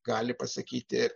gali pasakyti